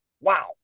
Wow